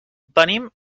venim